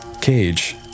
Cage